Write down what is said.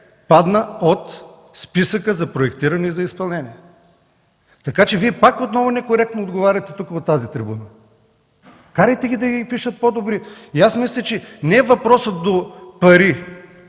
падна от списъка за проектиране и изпълнение. Така че Вие пак отново некоректно отговаряте тук, от тази трибуна. Карайте ги да Ви пишат по-добри отговори. Мисля, че въпросът не е до пари